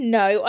no